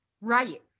Right